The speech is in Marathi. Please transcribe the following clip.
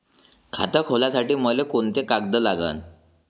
खात खोलासाठी मले कोंते कागद लागन?